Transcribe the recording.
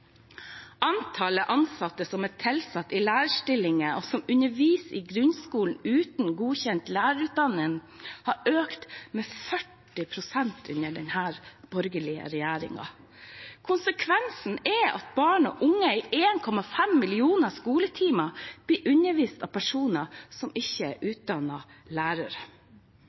Antallet ansatte som er tilsatt i lærerstillinger, og som underviser i grunnskolen uten godkjent lærerutdanning, har økt med 40 pst. under denne borgerlige regjeringen. Konsekvensen er at barn og unge i 1,5 millioner skoletimer blir undervist av personer som ikke er utdannede lærere.